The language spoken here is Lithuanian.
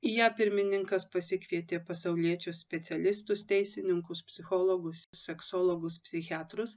į ją pirmininkas pasikvietė pasauliečius specialistus teisininkus psichologus seksologus psichiatrus